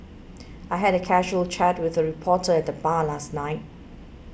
I had a casual chat with a reporter at the bar last night